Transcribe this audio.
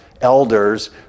Elders